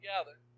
together